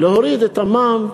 להוריד את המע"מ,